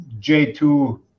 J2